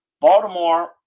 Baltimore